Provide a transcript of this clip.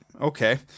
Okay